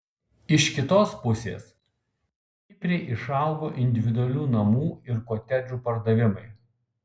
iš kitos pusės stipriai išaugo individualių namų ir kotedžų pardavimai